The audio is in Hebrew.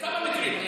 כמה מקרים.